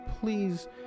Please